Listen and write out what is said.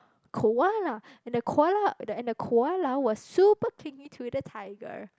koala and the koala and the koala was super clingy to the tiger